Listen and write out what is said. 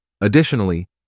Additionally